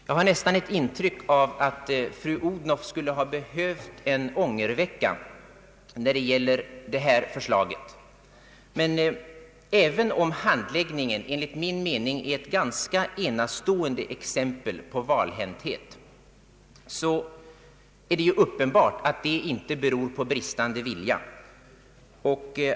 Jag har nästan ett intryck av att fru Odhnoff skulle ha behövt en ångervecka i fråga om det här förslaget. Men även om handläggningen enligt min mening är ett ganska enastående exempel på valhänthet, så är det ju uppenbart att det inte beror på bristande vilja.